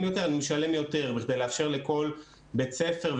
יותר אני משלם יותר בכדי לאפשר לכל בית ספר,